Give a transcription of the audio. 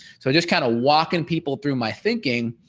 so just kind of walking people through my thinking.